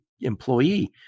employee